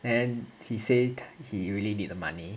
and he say he really need the money